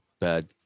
bad